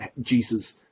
Jesus